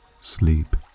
sleep